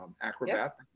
acrobat